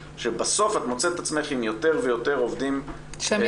שבסוף את מוצאת את עצמך עם יותר ויותר עובדים שפורשים.